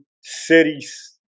cities